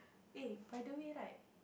eh by the way right